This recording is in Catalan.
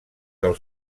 del